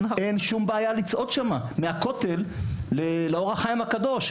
אין שום בעיה לצעוד מהכותל לקבר ׳אור החיים׳ הקדוש,